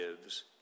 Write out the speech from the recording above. gives